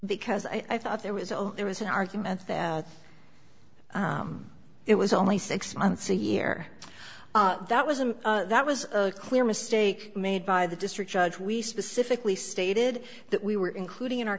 because i thought there was a there was an argument there it was only six months a year that wasn't that was a clear mistake made by the district judge we specifically stated that we were including in our